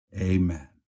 Amen